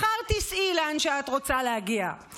מחר תיסעי לאן שאת רוצה להגיע.